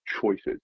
choices